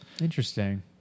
Interesting